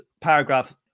paragraph